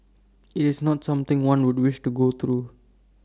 IT is not something one would wish to go through